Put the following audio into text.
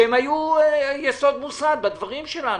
שהיו יסוד מוסד בדברים שלנו.